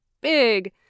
big